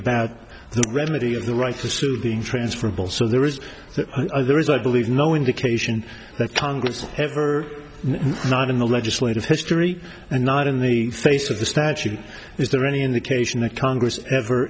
about the remedy of the right to sue the transfer bill so there is that there is i believe no indication that congress ever not in the legislative history and not in the face of the statute is there any indication that congress ever